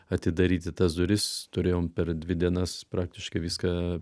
atidaryti tas duris turėjom per dvi dienas praktiškai viską